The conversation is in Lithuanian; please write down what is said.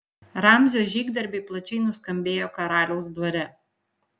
ramzio žygdarbiai plačiai nuskambėjo karaliaus dvare